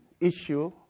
issue